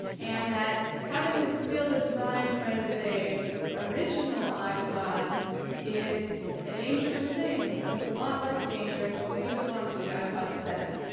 and that having them steal the design for the original ipod is a dangerous thing, but it's a lot less dangerous when we go on to the ipod seven.